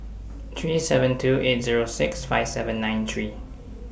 three seven two eight Zero six five seven nine three